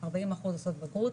40% עושות בגרות,